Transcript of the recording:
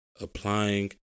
applying